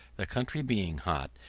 the country being hot,